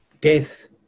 death